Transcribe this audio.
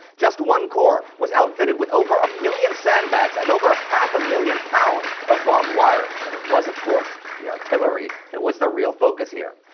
just one corps was outfitted with over a million sandbags and over half a million pounds of barbed wire, but it was, of course, the artillery that was the real focus here.